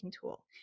tool